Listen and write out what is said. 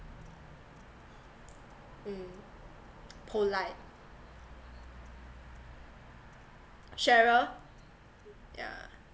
mm polite cheryl yeah